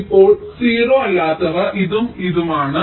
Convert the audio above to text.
ഇപ്പോൾ 0 അല്ലാത്തവ ഇതും ഇതും ആണ്